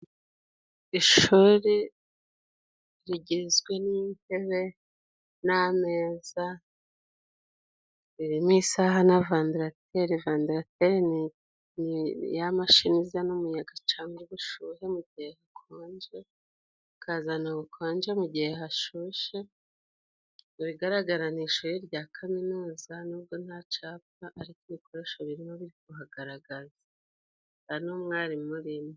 Ishuri rigizwe n'intebe n'ameza ririmo isaha na vandarateri，vandarateri ni ya mashini izana umuyaga cane ubushuhe mu gihe hakonje，hakazana ubukonje mu gihe hashushe，mu bigaragara ni ishuri rya kaminuza n’ubwo nta capa ariko ibikoresho birimo biri kuhagaragaza， nta n’umwarimu urimo.